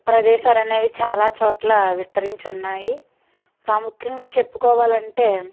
ప్రదేశాలనేవి చాలా చోట్ల విస్తరించి ఉన్నాయి ప్రాముఖ్యంగా చెప్పుకోవాలంటే